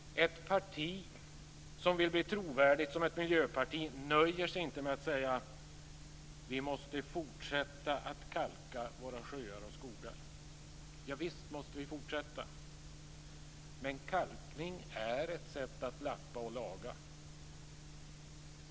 Ett parti som vill bli trovärdigt som ett miljöparti nöjer sig inte med att säga: Vi måste fortsätta att kalka våra sjöar och skogar. Javisst måste vi fortsätta. Men kalkning är ett sätt att lappa och laga.